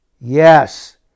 Yes